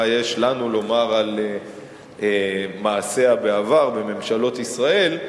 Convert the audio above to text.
יש לנו לומר על מעשיה בעבר בממשלות ישראל.